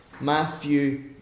Matthew